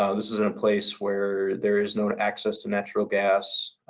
ah this is in a place where there is no access to natural gas.